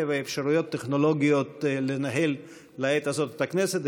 ואפשרויות טכנולוגיות לנהל לעת הזאת את הכנסת,